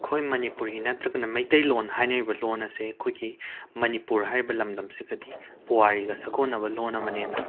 ꯑꯩꯈꯣꯏ ꯃꯅꯤꯄꯨꯔꯒꯤ ꯅꯠꯇ꯭ꯔꯒꯅ ꯃꯩꯇꯩꯂꯣꯟ ꯍꯥꯏꯅꯔꯤꯕ ꯂꯣꯟ ꯑꯁꯦ ꯑꯩꯈꯣꯏꯒꯤ ꯃꯅꯤꯄꯨꯔ ꯍꯥꯏꯔꯤꯕ ꯂꯝꯗꯝꯁꯤꯗꯗꯤ ꯄꯨꯋꯥꯔꯤꯒ ꯁꯒꯣꯟꯅꯕ ꯂꯣꯟ ꯑꯃꯅꯦꯅ